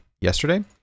yesterday